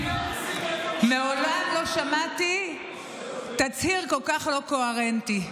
מעולם לא שמעתי תצהיר כל כך לא קוהרנטי,